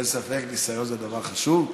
אין ספק, ניסיון זה דבר חשוב.